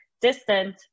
distant